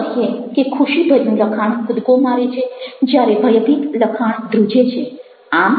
ચાલો કહીએ કે ખુશીભર્યું લખાણ કૂદકો મારે છે જ્યારે ભયભીત લખાણ ધ્રુજે છે